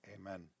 amen